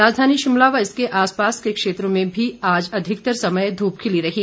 राजधानी शिमला व इसके आसपास के क्षेत्रों में भी आज अधिकतर समय धूप खिली रही